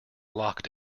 locked